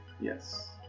Yes